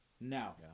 Now